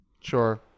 sure